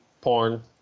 Porn